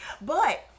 But-